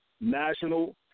national